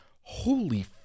Holy